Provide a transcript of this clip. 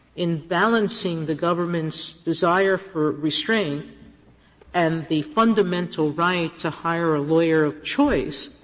in balancing the government's desire for restraint and the fundamental right to hire a lawyer of choice,